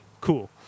cool